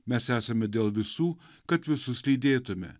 mes esame dėl visų kad visus lydėtume